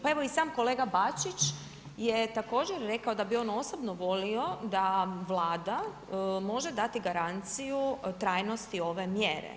Pa evo i sam kolega Bačić je također rekao da bi on osobno volio da Vlada može dati garanciju trajnosti ove mjere.